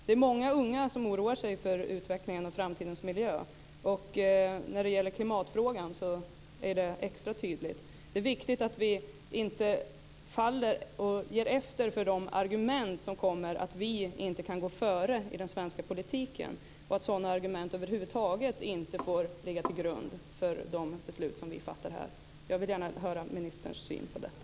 Det är många unga som oroar sig för utvecklingen och framtidens miljö, och när det gäller klimatfrågan är det extra tydligt. Det är viktigt att vi inte ger efter för de argument som kommer om att vi inte kan gå före i den svenska politiken och att sådana argument över huvud taget inte får ligga till grund för de beslut som vi fattar här. Jag vill gärna höra ministerns syn på detta.